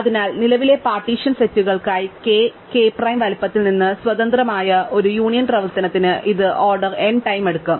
അതിനാൽ നിലവിലെ പാർട്ടീഷൻ സെറ്റുകളായി k k പ്രൈം വലുപ്പത്തിൽ നിന്ന് സ്വതന്ത്രമായ ഒരു യൂണിയൻ പ്രവർത്തനത്തിന് ഇത് ഓർഡർ n ടൈം എടുക്കും